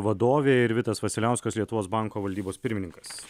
vadovė ir vitas vasiliauskas lietuvos banko valdybos pirmininkas